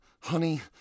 honey